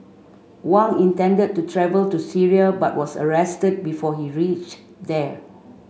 Wang intended to travel to Syria but was arrested before he reached there